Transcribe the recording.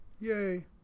Yay